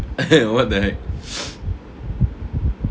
what the heck